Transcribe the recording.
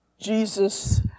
Jesus